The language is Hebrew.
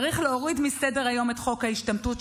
צריך להוריד מסדר-היום את חוק ההשתמטות,